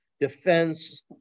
defense